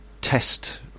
test